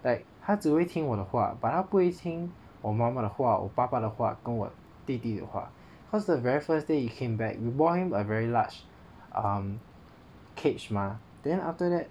like 他只会听我的话 but 它不会听我妈妈的话我爸爸的话跟我弟弟的话 cause the very first day he came back we bought him a very large um cage mah then after that